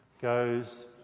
goes